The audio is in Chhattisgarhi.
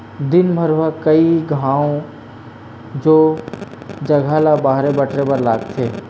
दिनभर म कइ घांव ओ जघा ल बाहरे बटरे बर लागथे